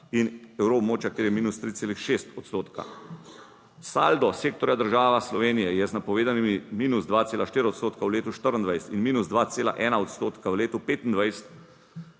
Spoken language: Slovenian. in evroobmočja, kjer je -3,6 odstotka. Saldo sektorja država Slovenija je z napovedanimi -2,4 odstotka v letu 2024 in -2,1 odstotka v letu 2025